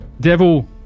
Devil